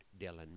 Dylan